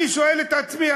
אני שואל את עצמי,